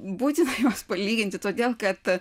būtina juos palyginti todėl kad